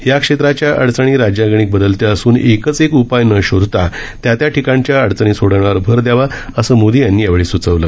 या क्षेत्राच्या अडचणी राज्यांगणिक बदलत्या असून एकच एक उपाय न शोधता त्या त्या ठिकाणच्या अडचणी सोडवण्यावर भर दयावा असं मोदी यांनी यावेळी सुचवलं